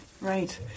right